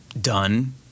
done